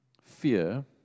fear